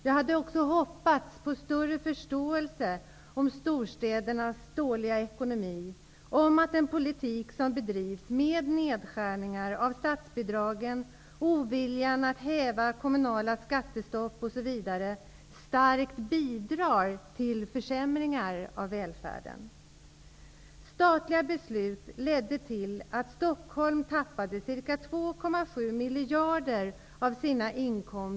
Jag hade också hoppats på en större förståelse för storstädernas dåliga ekonomi och för det faktum att den politik som bedrivs -- med nedskärningar av statsbidragen, oviljan att häva kommunala skattestopp osv. -- starkt bidrar till försämringar beträffande välfärden.